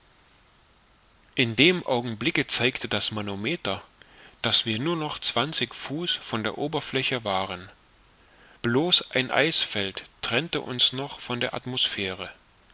in dem augenblicke zeigte das manometer daß wir nur noch zwanzig fuß von der oberfläche waren blos ein eisfeld trennte uns noch von der atmosphäre